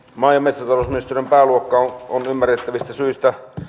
maimessut ovat myös pääluokka on ymmärrettävistä syistä